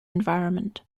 environment